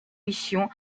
missions